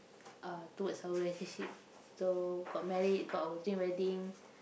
uh towards our relationship so got married got our dream wedding